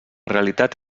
realitat